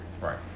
Right